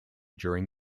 during